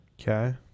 Okay